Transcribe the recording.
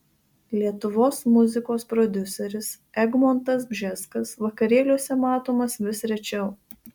lietuvos muzikos prodiuseris egmontas bžeskas vakarėliuose matomas vis rečiau